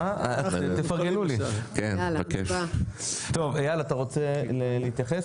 אייל, אתה רוצה להתייחס?